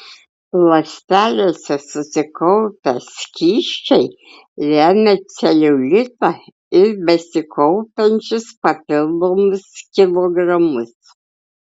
ląstelėse susikaupę skysčiai lemia celiulitą ir besikaupiančius papildomus kilogramus